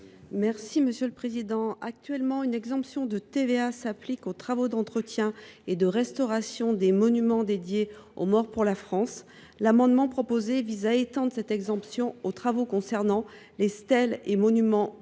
Mme Florence Blatrix Contat. Actuellement, une exemption de TVA s’applique aux travaux d’entretien et de restauration des monuments dédiés aux morts pour la France. L’amendement proposé vise à étendre cette exemption aux travaux concernant les stèles et monuments commémoratifs